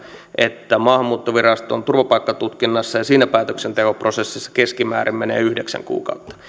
että maahanmuuttoviraston turvapaikkatutkinnassa ja siinä päätöksentekoprosessissa keskimäärin menee yhdeksän kuukautta ja